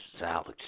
Alex